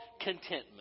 contentment